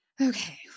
Okay